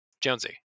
Jonesy